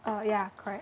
uh ya correct